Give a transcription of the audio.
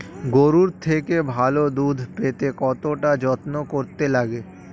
গরুর থেকে ভালো দুধ পেতে কতটা যত্ন করতে লাগে